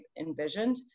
envisioned